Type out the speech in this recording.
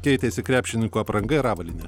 keitėsi krepšininkų apranga ir avalynė